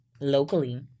locally